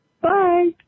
Bye